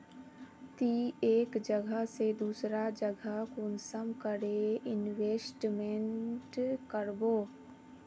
ती एक जगह से दूसरा जगह कुंसम करे इन्वेस्टमेंट करबो?